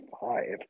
five